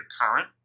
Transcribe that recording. current